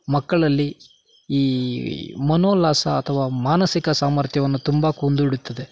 ಮಕ್ಕಳಲ್ಲಿ ಈ ಮನೋಲ್ಲಾಸ ಅಥವಾ ಮಾನಸಿಕ ಸಾಮರ್ಥ್ಯವನ್ನು ತುಂಬ ಕೊಂದೂಡುತ್ತದೆ